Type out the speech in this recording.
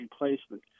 replacement